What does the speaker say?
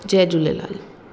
Jay Jhulelal